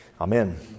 Amen